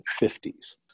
1950s